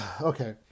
Okay